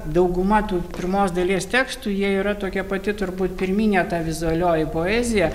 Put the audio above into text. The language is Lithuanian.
dauguma tų pirmos dalies tekstų jie yra tokia pati turbūt pirminė ta vizualioji poezija